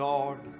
Lord